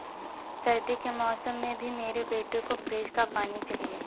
सर्दी के मौसम में भी मेरे बेटे को फ्रिज का पानी चाहिए